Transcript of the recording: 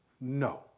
No